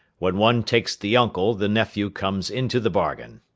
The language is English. when one takes the uncle, the nephew comes into the bargain.